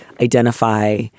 identify